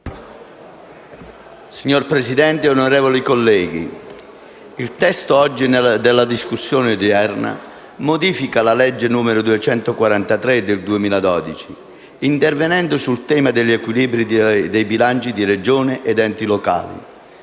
Signor Presidente, onorevoli colleghi, il testo oggi in discussione modifica la legge n. 243 del 2012 intervenendo sul tema degli equilibri dei bilanci di Regioni ed enti locali.